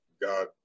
God